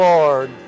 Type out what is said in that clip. Lord